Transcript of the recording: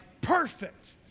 perfect